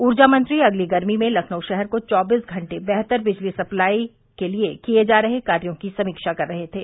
ऊर्जा मंत्री अगली गर्मी में लखनऊ शहर को चौबीस घंटे बेहतर बिजली सप्लाई के लिये किये जा रहे कार्यो की समीक्षा कर रहे थे